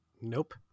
Nope